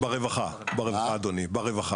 ברווחה אדוני.